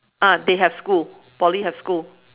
ah they have school poly have school